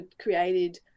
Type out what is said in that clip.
created